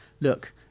Look